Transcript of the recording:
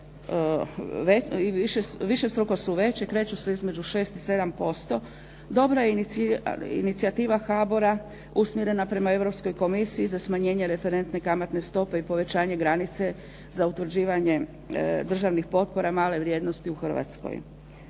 višestruko su veće, kreću se između 6 i 7%. Dobra je inicijativa HABOR-a usmjerena prema Europskoj komisiji za smanjenje referentne kamatne stope i povećanje granice za utvrđivanje državnih potpora male vrijednosti u Hrvatskoj.